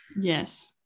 Yes